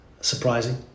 surprising